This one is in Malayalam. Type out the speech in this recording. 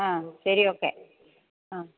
ആ ശരി ഓക്കെ ആ